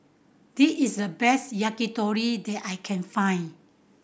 this is the best Yakitori that I can find